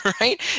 right